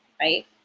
right